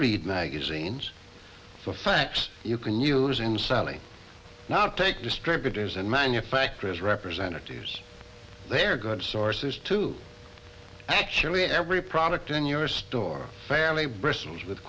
read magazines for facts you can use in selling not take distributors and manufacturers representatives they're good sources to actually every product in your store fairly bristles with